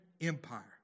Empire